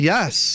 Yes